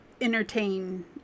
entertain